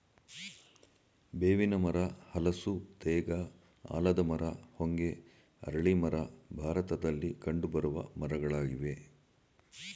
ಬೇವಿನ ಮರ, ಹಲಸು, ತೇಗ, ಆಲದ ಮರ, ಹೊಂಗೆ, ಅರಳಿ ಮರ ಭಾರತದಲ್ಲಿ ಕಂಡುಬರುವ ಮರಗಳಾಗಿವೆ